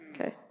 Okay